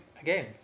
Again